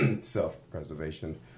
self-preservation